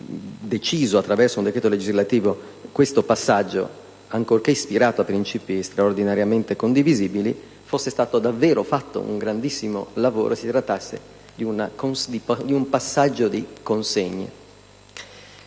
quando attraverso un decreto legislativo fu deciso detto passaggio, ancorché ispirato a principi straordinariamente condivisibili, si pensò di aver fatto un grandissimo lavoro e che si trattasse di un passaggio di consegne.